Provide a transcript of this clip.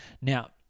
Now